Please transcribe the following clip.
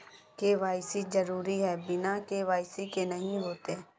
KYC जरुरी है बिना के.वाई.सी के नहीं होते?